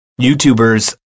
YouTubers